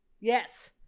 Yes